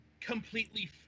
completely